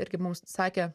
irgi mums sakė